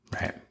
Right